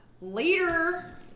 Later